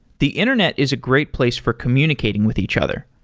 the internet is a great place for communicating with each other.